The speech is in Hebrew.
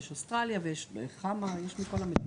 יש אוסטרליה, יש מכל המדינות.